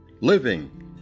living